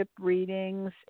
readings